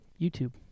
YouTube